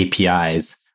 APIs